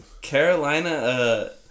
Carolina